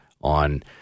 on